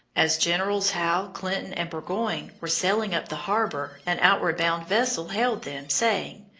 as generals howe, clinton, and burgoyne were sailing up the harbor an outward-bound vessel hailed them, saying,